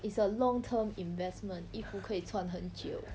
it's a long term investment 衣服可以穿很久